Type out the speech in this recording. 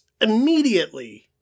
immediately